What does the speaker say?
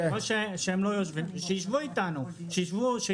שיישבו אתנו.